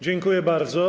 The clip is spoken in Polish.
Dziękuję bardzo.